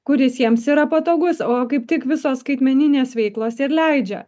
kuris jiems yra patogus o kaip tik visos skaitmeninės veiklos ir leidžia